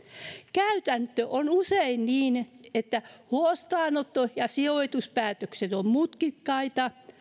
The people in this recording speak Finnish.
käytäntö on usein niin että huostaanotto ja sijoituspäätökset ovat mutkikkaita ja